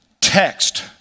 text